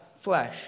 flesh